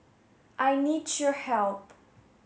I need your help